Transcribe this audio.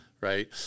Right